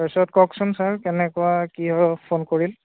তাৰপিছত কওকচোন ছাৰ কেনেকুৱা কি হয় ফোন কৰিল